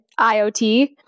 IoT